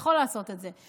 יכול לעשות את זה.